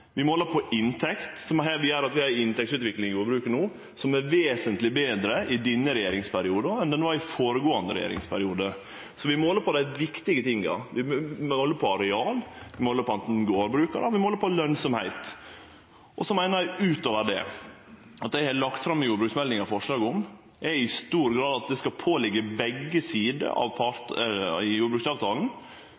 Vi måler på inntekt, som viser at vi har ei inntektsutvikling i jordbruket no som er vesentleg betre i denne regjeringsperioden enn ho var i førre regjeringsperiode. Så vi måler på dei viktige tinga. Vi måler på areal, vi måler på talet på gardbrukarar, vi måler på lønsemd. Så meiner eg utover det at det eg har lagt fram forslag om i jordbruksmeldinga, i stor grad er at det skal liggje til begge